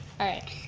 alright.